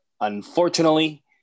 unfortunately